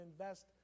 invest